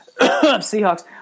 Seahawks